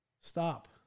Stop